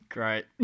Great